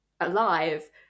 alive